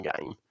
game